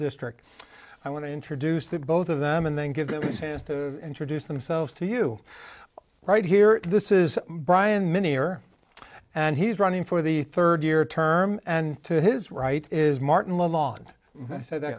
district i want to introduce the both of them and then give them to introduce themselves to you right here this is brian many are and he's running for the third year term and to his right is martin law and i said